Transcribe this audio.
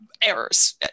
errors